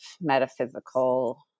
metaphysical